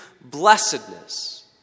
blessedness